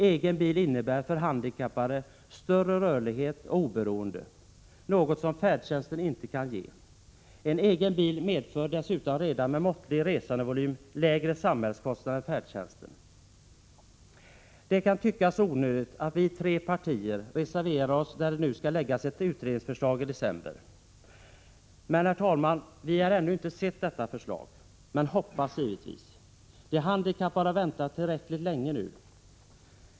Egen bil innebär för handikappade större rörlighet och oberoende, något som färdtjänsten inte kan ge. En egen bil medför dessutom redan med måttlig resandevolym lägre samhällskostnader än färdtjänsten. Det kan tyckas onödigt att vi tre partier reserverar oss när det nu skall läggas ett utredningsförslag i december. Men, herr talman, vi har ännu inte sett detta förslag, men ställer givetvis förhoppningar på det. De handikappade har väntat tillräckligt länge nu.